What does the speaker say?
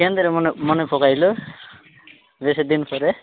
କେମିତିରେ ମନେ ମନେ ପକାଇଲୁ ବେସି ଦିନ ପରେ